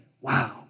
Wow